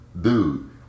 Dude